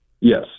Yes